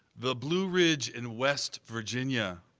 the blue ridge in west virginia.